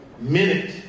Minute